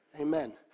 Amen